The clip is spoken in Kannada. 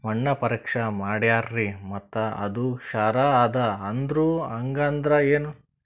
ಮಣ್ಣ ಪರೀಕ್ಷಾ ಮಾಡ್ಯಾರ್ರಿ ಮತ್ತ ಅದು ಕ್ಷಾರ ಅದ ಅಂದ್ರು, ಹಂಗದ್ರ ಏನು?